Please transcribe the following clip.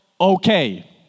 okay